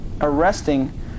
arresting